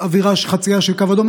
עבירה וחצייה של קו אדום.